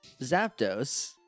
Zapdos